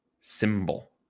symbol